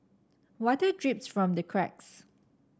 water drips from the cracks